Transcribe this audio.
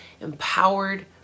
empowered